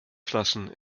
flaschen